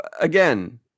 again